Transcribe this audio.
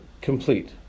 complete